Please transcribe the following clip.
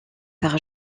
par